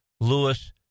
Lewis